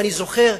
אני זוכר,